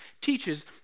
teaches